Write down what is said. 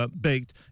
baked